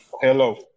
Hello